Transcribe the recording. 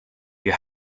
you